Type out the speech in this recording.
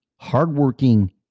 Hardworking